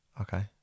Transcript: okay